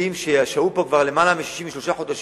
עובדים ששהו פה כבר למעלה מ-63 חודשים,